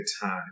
time